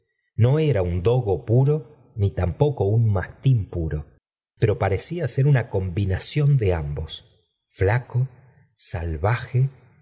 no era un dogo puro ni tampoco un mastín puro pero parecía ser una combinación de ambos flaco salvaje